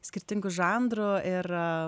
skirtingų žanrų ir